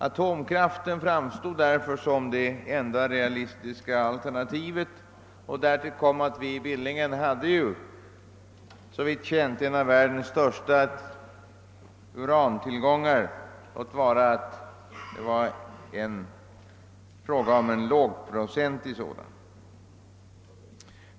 Atomkraften framstod därför som det enda realistiska alternativet, och därtill kom att vi i Billingen hade, såvitt jag känner till, en av världens största urantillgångar — låt vara att det här var fråga om lågprocentig sådan.